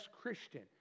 Christian